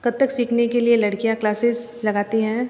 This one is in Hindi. कथक सीखने के लिए लड़कियाँ क्लासेस लगाती हैं